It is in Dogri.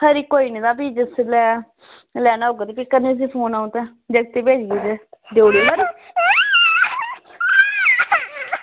खरी भी कोई ना जिसलै लैना होगा ते करी लैगी अं'ऊ फोन ते जागतै गी भेजगी ते देई ओड़ेओ